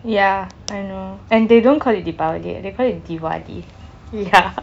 ya I know and they don't call it deepavali eh they call it diwali ya